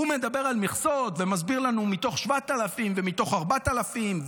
הוא מדבר על מכסות ומסביר לנו שמתוך 7,000 ומתוך 4,000,